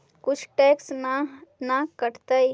कुछ टैक्स ना न कटतइ?